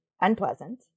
unpleasant